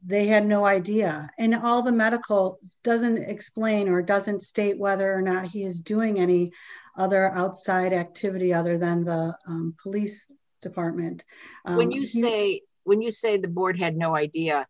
they had no idea in all the medical doesn't explain or doesn't state whether or not he is doing any other outside activity other than the police department when you say when you say the board had no idea